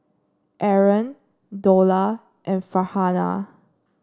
Aaron Dollah and Farhanah